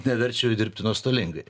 neverčia jų dirbti nuostolingai